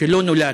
שלא נולד,